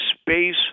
space